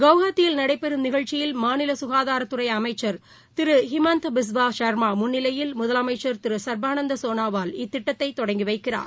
கவுகாத்தியில் நடைபெறும்நிகழ்ச்சியில் மாநிலசுகாதாரத்துறைஅமைச்சர் திருஹிமந்த் பிஸ்வா ஷர்மாமுன்னிலையில் முதலமைச்சர் திருசர்பானந்தாசோனாவால் இத்திட்டத்தைதொடங்கிவைக்கிறார்